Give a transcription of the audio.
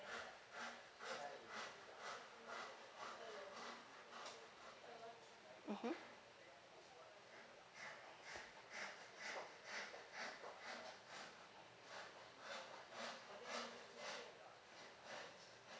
mmhmm